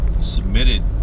submitted